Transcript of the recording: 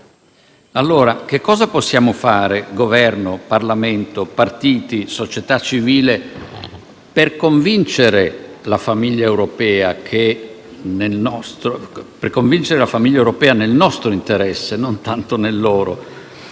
Allora, cosa possiamo fare - Governo, Parlamento, partiti e società civile - per convincere la famiglia europea, nel nostro interesse e non tanto nel loro,